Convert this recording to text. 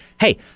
Hey